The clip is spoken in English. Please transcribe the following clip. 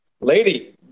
lady